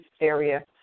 area